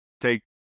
take